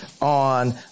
on